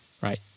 right